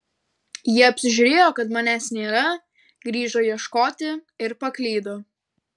jie apsižiūrėjo kad manęs nėra grįžo ieškoti ir paklydo